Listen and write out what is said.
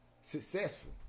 successful